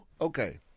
Okay